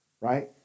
right